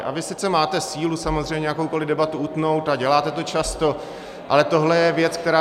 A vy sice máte sílu samozřejmě jakoukoli debatu utnout, a děláte to často, ale tohle je věc, která